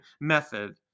method